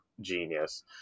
genius